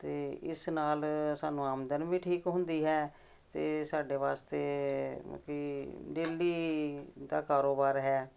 ਅਤੇ ਇਸ ਨਾਲ ਸਾਨੂੰ ਆਮਦਨ ਵੀ ਠੀਕ ਹੁੰਦੀ ਹੈ ਅਤੇ ਸਾਡੇ ਵਾਸਤੇ ਮਤਲਬ ਕਿ ਡੇਲੀ ਦਾ ਕਾਰੋਬਾਰ ਹੈ